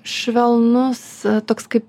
švelnus toks kaip